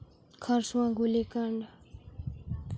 ᱠᱷᱟᱨᱥᱚᱣᱟ ᱜᱩᱞᱚ ᱠᱟᱱᱰ